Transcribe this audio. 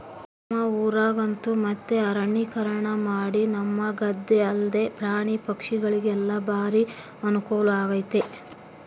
ನಮ್ಮ ಊರಗಂತೂ ಮತ್ತೆ ಅರಣ್ಯೀಕರಣಮಾಡಿ ನಮಗಂದೆ ಅಲ್ದೆ ಪ್ರಾಣಿ ಪಕ್ಷಿಗುಳಿಗೆಲ್ಲ ಬಾರಿ ಅನುಕೂಲಾಗೆತೆ